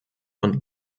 und